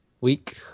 week